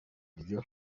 ryo